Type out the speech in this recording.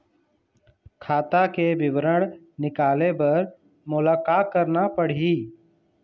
खाता के विवरण निकाले बर मोला का करना पड़ही?